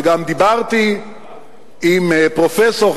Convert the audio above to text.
וגם דיברתי עם פרופסור,